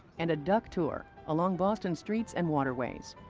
and a duck tour along boston streets and waterways.